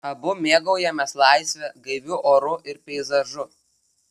abu mėgaujamės laisve gaiviu oru ir peizažu